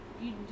You-